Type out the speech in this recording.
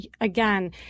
again